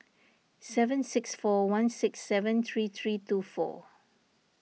seven six four one six seven three three two four